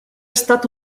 estat